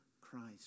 Christ